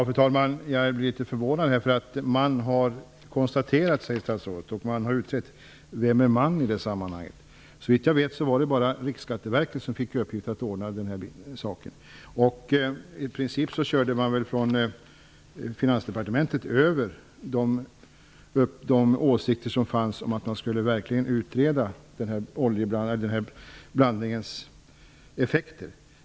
Fru talman! Jag blev litet förvånad. Statsrådet sade att man har konstaterat och att man har utrett. Vem är ''man'' i det sammanhanget? Såvitt jag vet är det bara Riksskatteverket som fick i uppgift att ordna den här saken. I princip körde Finansdepartementet över de åsikter som fanns om att man verkligen skulle utreda blandningens effekter.